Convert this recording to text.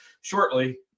shortly